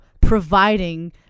providing